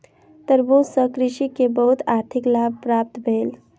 तरबूज सॅ कृषक के बहुत आर्थिक लाभ प्राप्त भेल